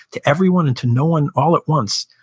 to everyone and to no one all at once,